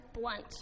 blunt